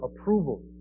approval